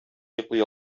йоклый